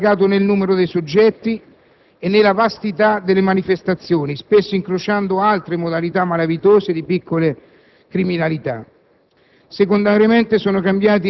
Per prima cosa, il fenomeno si è allargato nel numero dei soggetti, e nella vastità delle manifestazioni, spesso incrociando altre modalità malavitose di piccole criminalità,